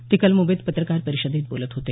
ते काल मुंबईत पत्रकार परिषदेत बोलत होते